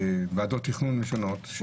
ועדות תכנון שונות.